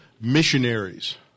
missionaries